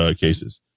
cases